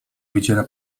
wydziela